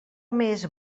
més